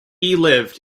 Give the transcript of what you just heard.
lived